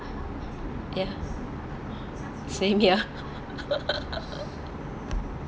ya same here